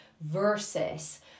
versus